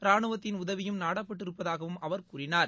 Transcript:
ராணுவத்தின் உதவியும் நாடப்பட்டிருப்பதாக அவர் கூறினார்